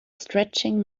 stretching